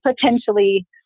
potentially